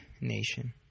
nation